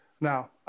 Now